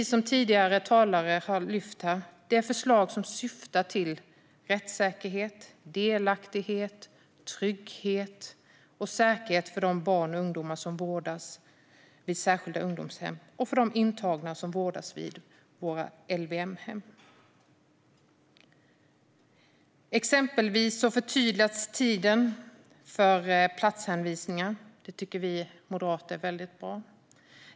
Som tidigare talare har lyft fram här är det förslag som syftar till rättssäkerhet, delaktighet, trygghet och säkerhet för de barn och ungdomar som vårdas vid särskilda ungdomshem och för de intagna som vårdas vid våra LVM-hem. Exempelvis förtydligas tiden för platshänvisningar. Det tycker vi moderater är väldigt bra.